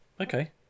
okay